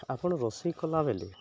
ଆପଣ ରୋଷେଇ କଲାବେଳେ